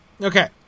Okay